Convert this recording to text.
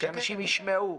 שאנשים ישמעו.